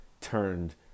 turned